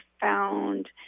found